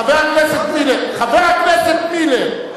חבר הכנסת מילר,